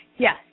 Yes